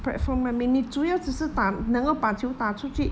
platform 外面你主要只是打能够把球打出去